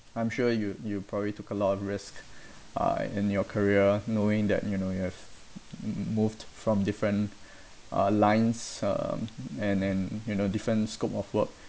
I'm sure you you probably took a lot of risk uh in your career knowing that you know you have moved from different uh lines um and and you know different scope of work